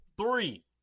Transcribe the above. three